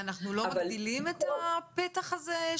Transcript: ואנחנו לא מגדילים את הפתח הזה,